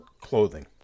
clothing